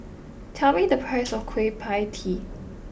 tell me the price of Kueh Pie Tee